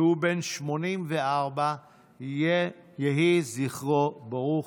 והוא בן 84. יהי זכרו ברוך.